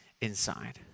inside